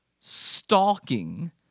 stalking